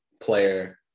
player